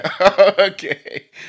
Okay